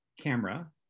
camera